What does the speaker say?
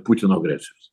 putino agresijos